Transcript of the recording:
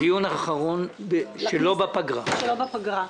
דיון אחרון שלא בפגרה.